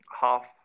half